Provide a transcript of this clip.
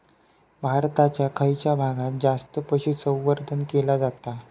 भारताच्या खयच्या भागात जास्त पशुसंवर्धन केला जाता?